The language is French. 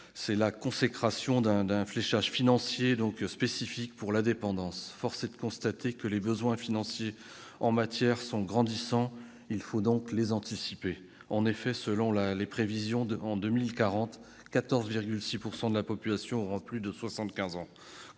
C'est la consécration d'un fléchage financier spécifique de la sécurité sociale pour la dépendance. Force est de constater que les besoins financiers en la matière sont grandissants. Il faut donc les anticiper. En 2040, selon les prévisions, 14,6 % de la population aura plus de 75 ans,